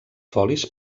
folis